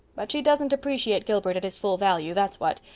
but she doesn't appreciate gilbert at his full value, that's what.